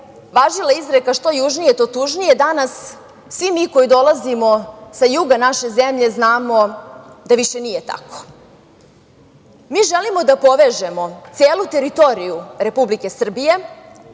važila izreka – što južnije, to tužnije. Danas, svi mi koji dolazimo sa juga naše zemlje znamo da više nije tako. Mi želimo da povežemo celu teritoriju Republike Srbije,